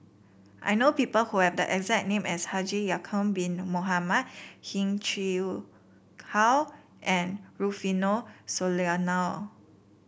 I know people who have the exact name as Haji Ya'acob Bin Mohamed Heng Chee How and Rufino Soliano